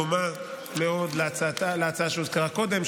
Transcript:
דומה מאוד להצעה שהוזכרה קודם,